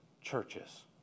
churches